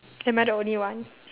am I the only one